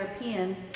Europeans